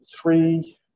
three